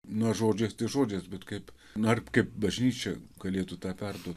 na žodžiais tai žodžiais bet kaip na ir kaip bažnyčia galėtų tą perduot